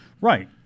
Right